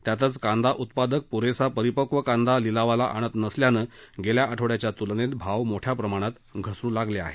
त्यातच कांदा उत्पादक पुरेसा परिपक्व कांदा लिलावास आणत नसल्याने गेल्या आठवड्याच्या तुलनेत भाव मोठ्या प्रमाणात घसरू लागले आहेत